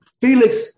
Felix